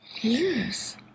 Yes